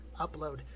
upload